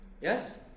Yes